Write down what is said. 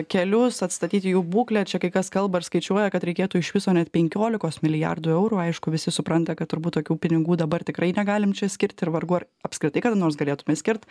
kelius atstatyti jų būklę čia kai kas kalba ir skaičiuoja kad reikėtų iš viso net penkiolikos milijardų eurų aišku visi supranta kad turbūt tokių pinigų dabar tikrai negalim čia skirti ir vargu ar apskritai kada nors galėtume skirt